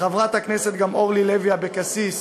גם לחברת הכנסת אורלי לוי אבקסיס,